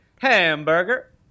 hamburger